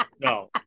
No